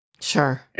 Sure